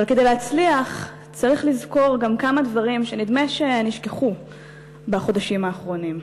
אבל כדי להצליח צריך לזכור גם כמה דברים שנדמה שנשכחו בחודשים האחרונים.